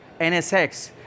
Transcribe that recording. NSX